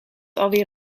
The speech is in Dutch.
alweer